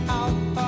out